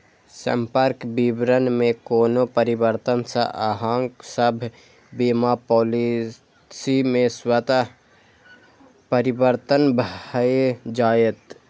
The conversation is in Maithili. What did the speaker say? संपर्क विवरण मे कोनो परिवर्तन सं अहांक सभ बीमा पॉलिसी मे स्वतः परिवर्तन भए जाएत